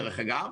דרך אגב,